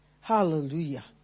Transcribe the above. Hallelujah